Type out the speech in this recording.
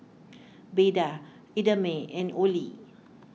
Beda Idamae and Olie